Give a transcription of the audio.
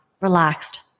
relaxed